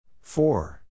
Four